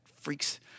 freaks